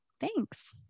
Thanks